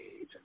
age